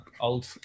old